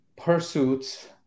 pursuits